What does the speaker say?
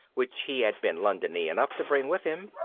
which he had been londony enough to bring with him,